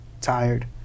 tired